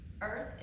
earth